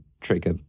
trigger